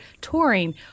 touring